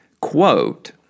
quote